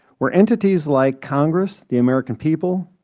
were entities like congress, the american people,